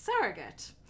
surrogate